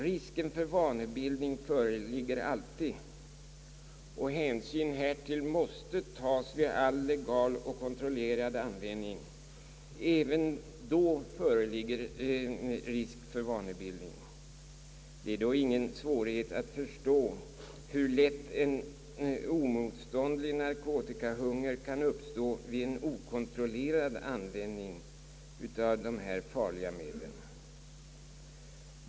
Risken för vanebildning föreligger alltid, och hänsyn härtill måste tas vid all legal och kontrollerad användning — även då föreligger risk för vanebildning. Det är då ingen svårighet att förstå, hur lätt en oemotståndlig narkotikahunger kan uppstå vid en okontrollerad användning av dessa farliga medel.